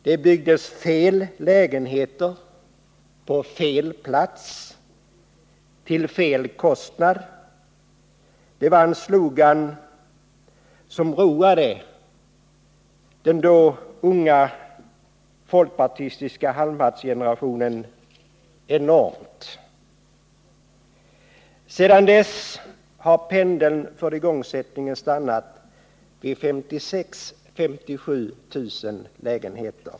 Det byggdes fel lägenheter, på fel platser, till fel kostnad. Det var en slogan som roade den då unga folkpartistiska halmhattsgenerationen enormt. Sedan dess har pendeln för igångsättningen stannat vid 56 000-57 000.